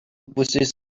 pusės